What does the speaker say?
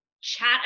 chat